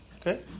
okay